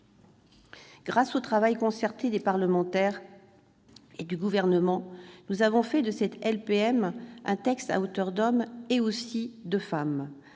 Grâce au travail concerté des parlementaires et du Gouvernement, nous avons fait de cette LPM un texte « à hauteur d'homme » et aussi de femme.